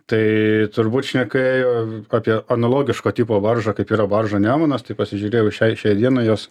tai turbūt šneka ėjo apie analogiško tipo varžą kaip yra varžo nemunas tai pasižiūrėjau šiai šiai dienai jos